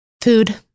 Food